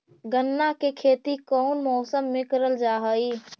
गन्ना के खेती कोउन मौसम मे करल जा हई?